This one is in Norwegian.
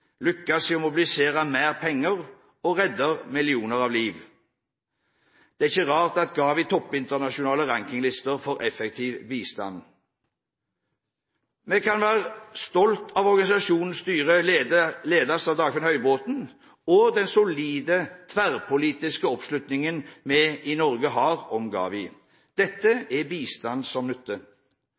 i å mobilisere mer penger og redder millioner av liv. Det er ikke rart at GAVI topper internasjonale rankinglister for effektiv bistand. Vi kan være stolt av at organisasjonens styre ledes av Dagfinn Høybråten og den solide tverrpolitiske oppslutningen vi i Norge har om GAVI. Dette er bistand som